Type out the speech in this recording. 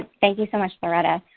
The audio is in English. thank you so much, loretta.